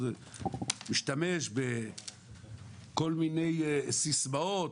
והוא עוד משתמש בכל מיני סיסמאות,